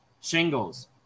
shingles